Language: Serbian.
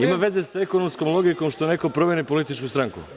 Ima veze sa ekonomskom logikom što neko promeni političku stranku?